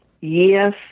Yes